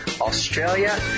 Australia